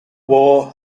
war